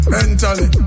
Mentally